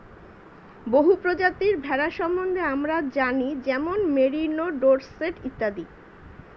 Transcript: বহু প্রজাতির ভেড়া সম্বন্ধে আমরা জানি যেমন মেরিনো, ডোরসেট ইত্যাদি